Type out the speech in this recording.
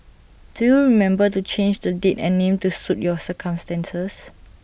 do remember to change the date and name to suit your circumstances